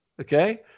okay